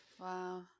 wow